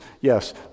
yes